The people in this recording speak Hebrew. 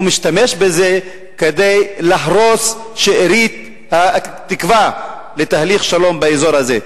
הוא משתמש בזה כדי להרוס את שארית התקווה לתהליך שלום באזור הזה.